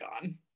gone